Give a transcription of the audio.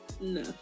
No